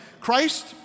Christ